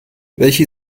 welche